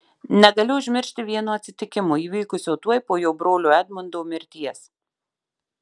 negaliu užmiršti vieno atsitikimo įvykusio tuoj po jo brolio edmundo mirties